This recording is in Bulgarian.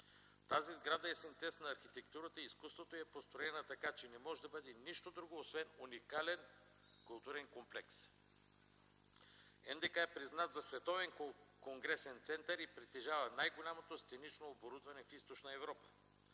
Тази сграда е синтез на архитектурата и изкуството. Построена е така, че не може да бъде нищо друго освен уникален културен комплекс. Националният дворец на културата е признат за Световен конгресен център и притежава най-голямото сценично оборудване в Източна Европа.